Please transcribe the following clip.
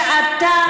שאתה,